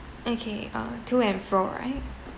okay uh to and fro right